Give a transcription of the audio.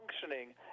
functioning